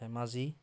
Dhemaji